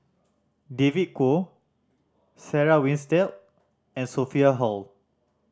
David Kwo Sarah Winstedt and Sophia Hull